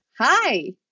Hi